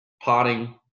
potting